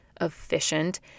efficient